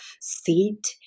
seat